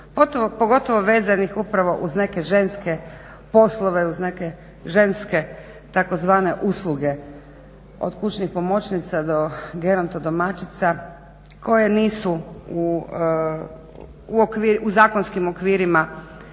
pogotovo vezanih upravo uz neke ženske poslove uz neke ženske tzv. usluge od kućnih pomoćnica do gerantodomaćica koje nisu u zakonskim okvirima